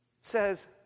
says